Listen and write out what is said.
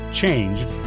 changed